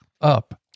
up